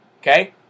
Okay